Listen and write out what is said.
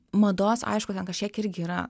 mados aišku ten kažkiek irgi yra